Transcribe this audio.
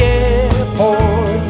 airport